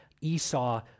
Esau